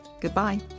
goodbye